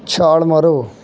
ਛਾਲ ਮਾਰੋ